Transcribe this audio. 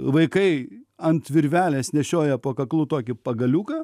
vaikai ant virvelės nešioja po kaklu tokį pagaliuką